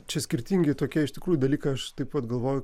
čia skirtingi tokie iš tikrųjų dalykai aš taip pat galvoju